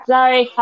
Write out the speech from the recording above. Sorry